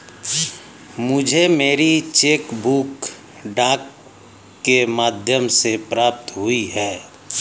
मुझे मेरी cheque book डाक के माध्यम से प्राप्त हुई है